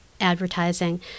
advertising